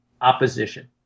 Opposition